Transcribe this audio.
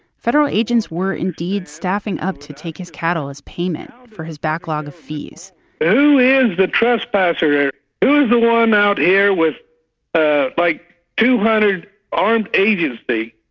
federal agents were indeed staffing up to take his cattle as payment for his backlog of fees who is the trespasser here? who is the one out here with ah like two hundred armed agency